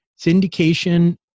Syndication